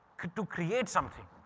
to create something.